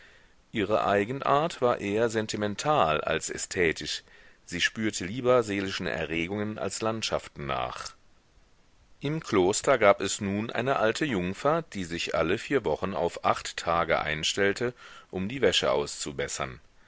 ihre eigenart war eher sentimental als ästhetisch sie spürte lieber seelischen erregungen als landschaften nach im kloster gab es nun eine alte jungfer die sich alle vier wochen auf acht tage einstellte um die wäsche auszubessern